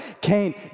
Cain